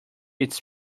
its